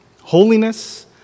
holiness